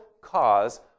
cause